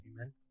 Amen